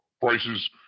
prices